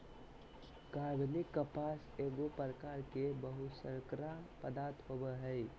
कार्बनिक कपास एगो प्रकार के बहुशर्करा पदार्थ होबो हइ